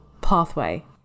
pathway